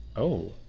oh.